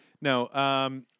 No